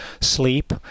sleep